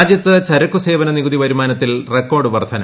രാജ്യത്ത് ചരക്കു സേവന നികുതി വരുമാനത്തിൽ റെക്കോർഡ് വർദ്ധന